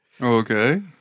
Okay